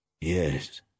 Yes